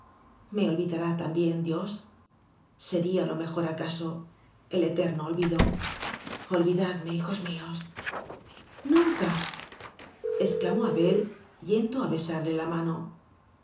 me olvidará también dios sería lo mejor acaso el eterno olvido olvidadme hijos míos nunca exclamó abel yendo a be sarle la mano